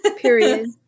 period